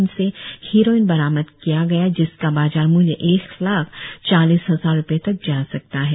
उनसे हिरोइन बरामद किया गया जिसका बाजार मूल्य एक लाख चालीस हजार रुपए तक जा सकता है